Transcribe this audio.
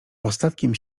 ostatkiem